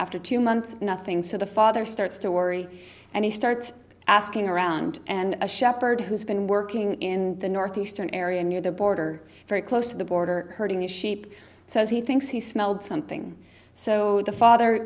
after two months nothing so the father starts to worry and he starts asking around and a shepherd who's been working in the northeastern area near the border very close to the border herding the sheep says he thinks he smelled something so the father